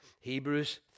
Hebrews